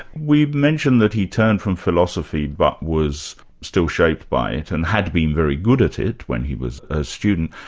we've mentioned that he turned from philosophy but was still shaped by it and had been very good at it when he was a student.